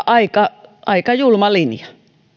aika aika julma linja